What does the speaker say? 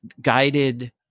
guided –